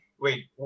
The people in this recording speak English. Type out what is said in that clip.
wait